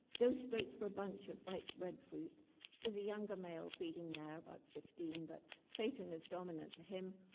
goes straight for a bunch of ripe, red fruits. there's a younger male feeding there, about fifteen, but satan is dominant to him,